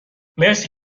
مرسی